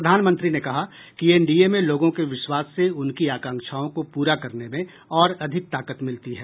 प्रधानमंत्री ने कहा एनडीए में लोगों के विश्वास से उनकी आकांक्षाओं को पूरा करने में और अधिक ताकत मिलती है